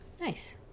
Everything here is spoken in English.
Nice